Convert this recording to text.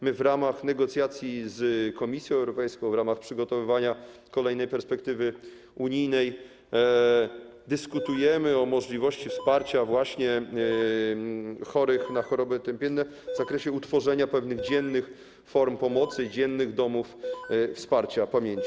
My w ramach negocjacji z Komisją Europejską, w ramach przygotowywania kolejnej perspektywy unijnej dyskutujemy o możliwości wsparcia właśnie chorych na choroby otępienne w zakresie utworzenia pewnych dziennych form pomocy, dziennych domów wsparcia pamięci.